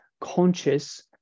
conscious